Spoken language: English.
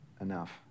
enough